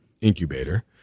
incubator